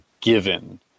given